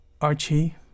Archie